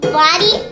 body